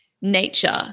nature